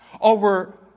over